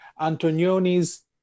Antonioni's